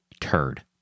turd